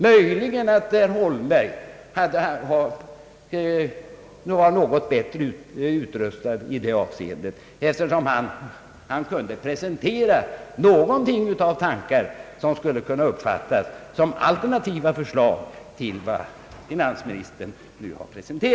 Möjligen var herr Holmberg något bättre utrustad i detta avseende, eftersom han presenterade någonting av tankar som kunde uppfattas som al ternativa förslag till vad finansministern framlagt.